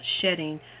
shedding